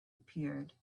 appeared